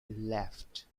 left